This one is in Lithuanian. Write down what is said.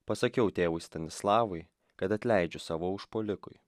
pasakiau tėvui stanislavui kad atleidžiu savo užpuolikui